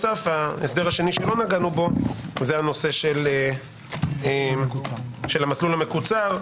ההסדר השני שלא נגענו בו הוא נושא המסלול המקוצר.